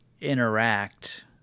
interact